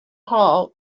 hall